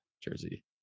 jersey